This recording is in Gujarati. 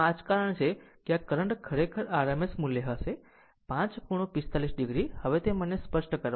આમ આ જ કારણ છે કે આ કરંટ ખરેખર RMS મૂલ્ય હશે 5 ખૂણો 45 o હવે તે મને સ્પષ્ટ કરવા દો